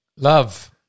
Love